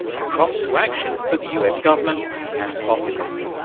a prompt to action for the us government and the populous.